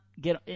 get